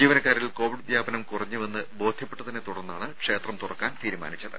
ജീവനക്കാരിൽ കോവിഡ് വ്യാപനം കുറഞ്ഞുവെന്ന് ബോധ്യപ്പെട്ടതിനെത്തുടർന്നാണ് ക്ഷേത്രം തുറക്കാൻ തീരുമാനിച്ചത്